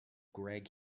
greg